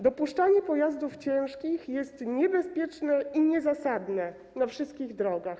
Dopuszczanie pojazdów ciężkich jest niebezpieczne i niezasadne na wszystkich drogach.